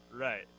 Right